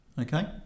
Okay